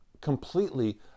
completely